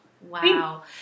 Wow